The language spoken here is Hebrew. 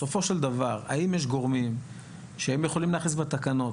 בסופו של דבר האם יש גורמים שהם יכולים להכניס בתקנות,